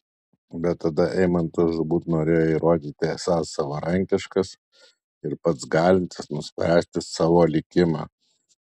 bet tada eimantas žūtbūt norėjo įrodyti esąs savarankiškas ir pats galintis nuspręsti savo likimą